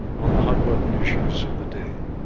on the hot-button issues of the day.